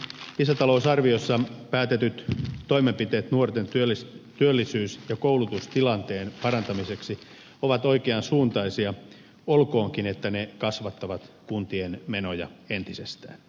lisätalousarviossa päätetyt toimenpiteet nuorten työllisyys ja koulutustilanteen parantamiseksi ovat oikean suuntaisia olkoonkin että ne kasvattavat kuntien menoja entisestään